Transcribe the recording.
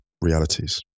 realities